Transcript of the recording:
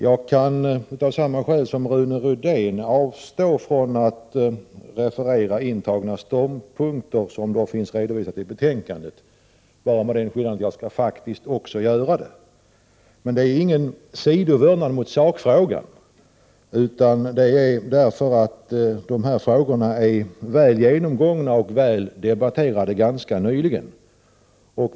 Jag kan, av samma skäl som Rune Rydén, avstå från att referera intagna ståndpunkter, som finns redovisade i betänkandet — bara med den skillnaden att jag faktiskt också skall göra det. Men detta är ingen sidovördnad mot sakfrågan, utan det är därför att de här frågorna är väl genomgångna och grundligt debatterade ganska nyligen.